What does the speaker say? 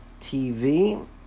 TV